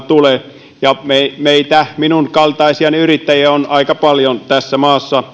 tule meitä minun kaltaisiani yrittäjiä on tässä maassa